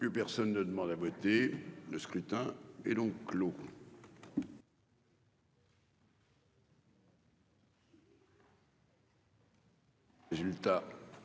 Plus personne ne demande à voter Le scrutin est donc clos. Résultat